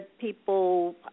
people